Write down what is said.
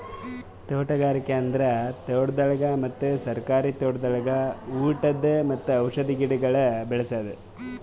ತೋಟಗಾರಿಕೆ ಅಂದುರ್ ತೋಟಗೊಳ್ ಮತ್ತ ಸರ್ಕಾರಿ ತೋಟಗೊಳ್ದಾಗ್ ಊಟದ್ ಮತ್ತ ಔಷಧ್ ಗಿಡಗೊಳ್ ಬೆ ಳಸದ್